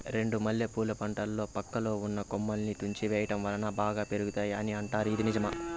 చెండు మల్లె పూల పంటలో పక్కలో ఉన్న కొమ్మలని తుంచి వేయటం వలన బాగా పెరుగుతాయి అని అంటారు ఇది నిజమా?